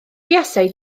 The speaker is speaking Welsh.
buasai